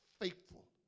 faithful